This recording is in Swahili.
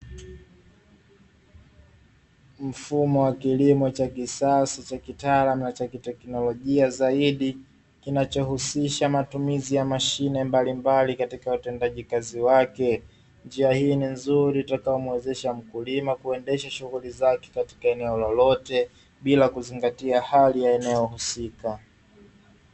Mfumo wa kilimo cha kisasa cha kitaalamu na kiteknolojia zaidi, kinachohusisha matumizi ya mashine mbalimbali katika utendaji kazi wake. Njia hii ni muhimu itakayomwezesha mkulima, kuendesha shughuli zake katika eneo lolote, bila kuzingatia hali ya eneo husika.